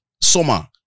summer